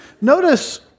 notice